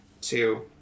two